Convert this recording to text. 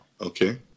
Okay